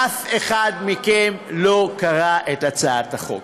אף אחד מכם לא קרא את הצעת החוק.